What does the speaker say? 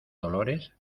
dolores